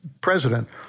president